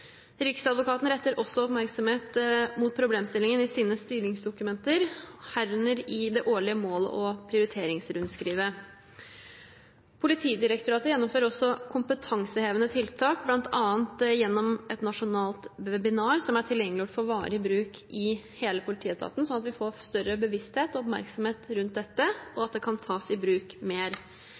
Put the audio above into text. Riksadvokaten retter også oppmerksomheten mot problemstillingen i sine styringsdokumenter, herunder i det årlige mål- og prioriteringsrundskrivet. Politidirektoratet gjennomfører også kompetansehevende tiltak, bl.a. gjennom et nasjonalt webinar som er tilgjengeliggjort for varig bruk i hele politietaten, sånn at vi får større bevissthet og oppmerksomhet rundt dette, og at det kan tas mer i bruk.